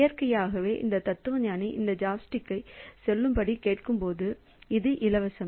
இயற்கையாகவே இந்த தத்துவஞானி இந்த சாப்ஸ்டிக் கேட்கும்போது இது இலவசம்